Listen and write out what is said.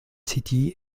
city